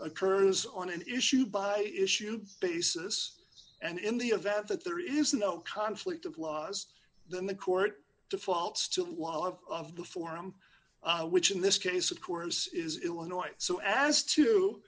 occurs on an issue by issue basis and in the event that there is no conflict of laws then the court defaults to a lot of the forum which in this case of course is illinois so as to